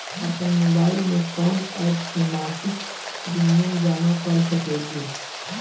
आपनमोबाइल में कवन एप से मासिक प्रिमियम जमा कर सकिले?